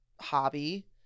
hobby